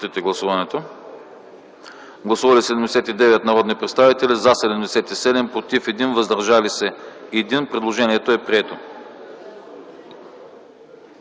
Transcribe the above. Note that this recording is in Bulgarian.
Гласували 79 народни представители: за 77, против 1, въздържал се 1. Предложението е прието.